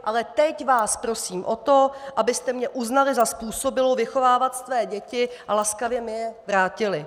Ale teď vás prosím o to, abyste mě uznali za způsobilou vychovávat své děti a laskavě mi je vrátili!